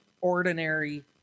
ordinary